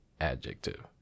adjective